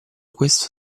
questo